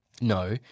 no